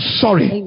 sorry